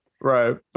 right